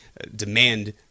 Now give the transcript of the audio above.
demand